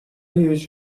use